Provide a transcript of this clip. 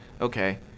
okay